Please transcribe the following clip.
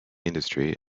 industry